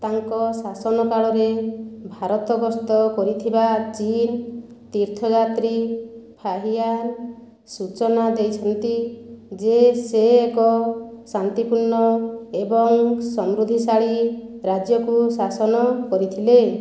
ତାଙ୍କ ଶାସନ କାଳରେ ଭାରତଗ୍ରସ୍ତ କରିଥିବା ଚୀନ୍ ତୀର୍ଥଯାତ୍ରୀ ଫାହିୟାନ୍ ସୂଚନା ଦେଇଛନ୍ତି ଯେ ସେ ଏକ ଶାନ୍ତିପୂର୍ଣ୍ଣ ଏବଂ ସମୃଦ୍ଧିଶାଳୀ ରାଜ୍ୟକୁ ଶାସନ କରିଥିଲେ